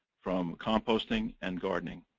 from composting and gardening.